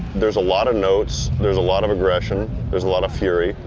there's a lot of notes, there's a lot of aggression, there's a lot of fury.